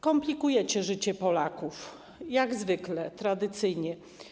Komplikujecie życie Polaków - jak zwykle, tradycyjnie.